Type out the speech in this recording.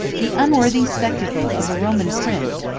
the unworthy spectacle of a roman prince,